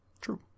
True